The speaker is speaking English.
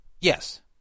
Yes